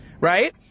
right